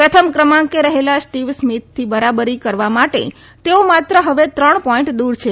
પ્રથમ કરમાંકે રહેલાં સ્ટીવ સ્મીથથી બરોબરી કરવા માટે તેઓ માત્ર હવે ત્રણ પોઈન્ટ દૂર છે